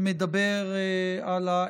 הוא דיבר במפורש עליי.